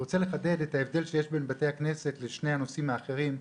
אני רוצה לחדד את ההבדל שיש בין בתי הכנסת לשני הנושאים האחרים.